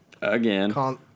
Again